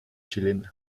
chilena